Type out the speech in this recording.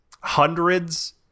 hundreds